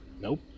Nope